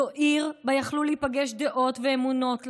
זו עיר שבה יכלו להיפגש דעות ואמונות,